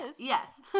Yes